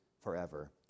forever